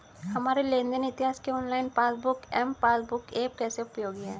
हमारे लेन देन इतिहास के online passbook M passbook app कैसे उपयोगी है?